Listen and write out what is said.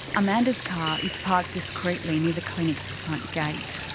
amanda's car is parked discreetly near the clinic's front gate.